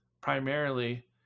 primarily